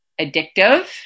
addictive